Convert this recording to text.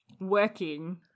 working